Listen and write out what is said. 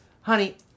Honey